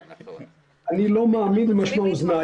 אני לא מאמין למשמע אוזניי.